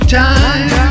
time